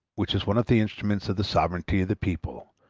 which is one of the instruments of the sovereignty of the people,